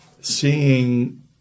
seeing